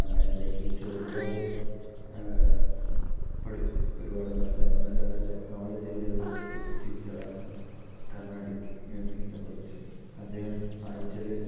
എൻ്റെ ടീച്ചർ ഒരുപാട് പഠി ഒരുപാട് നല്ല നല്ല നല്ല നോളേജ് ഉള്ളൊരു ടീച്ചർ ആണ് കർണ്ണാടിക് മ്യൂസിക്കിനെ കുറിച്ച് അദ്ദേഹം ആഴ്ചയിൽ